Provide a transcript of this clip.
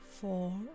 four